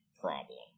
problem